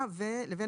לבין